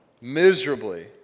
miserably